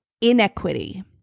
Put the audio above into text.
inequity